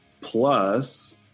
plus